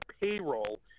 payroll